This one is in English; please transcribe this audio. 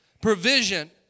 provision